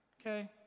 Okay